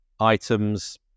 items